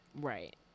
right